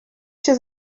się